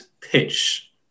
pitch